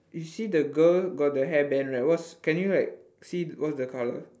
you see the girl got the hairband right what's can you like see what's the colour